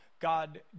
God